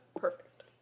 perfect